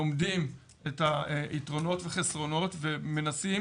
לומדים את היתרונות וחסרונות ומנסים